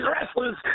wrestlers